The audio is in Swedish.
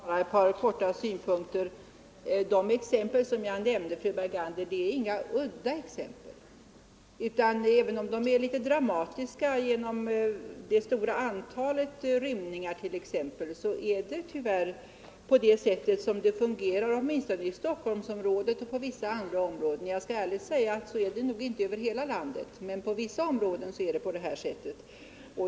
Herr talman! Bara kort ett par synpunkter. De exempel som jag nämnde, fru Bergander, är inga udda fall. Även om de är litet dramatiska t.ex. på grund av det stora antalet rymningar, så är det tyvärr på det sättet som det fungerar, åtminstone i Stockholmsområdet och i vissa andra områden; jag skall ärligt säga att det nog inte är likadant över hela landet.